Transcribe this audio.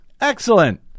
Excellent